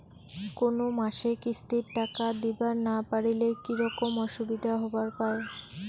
কোনো মাসে কিস্তির টাকা দিবার না পারিলে কি রকম অসুবিধা হবার পায়?